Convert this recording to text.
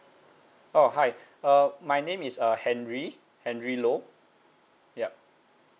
oh hi uh my name is uh henry henry low yup